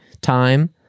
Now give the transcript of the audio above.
time